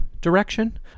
direction